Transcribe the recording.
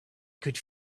could